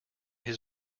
his